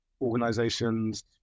organizations